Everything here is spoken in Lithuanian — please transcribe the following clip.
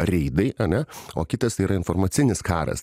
reidai ane o kitas yra informacinis karas